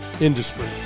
industry